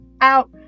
out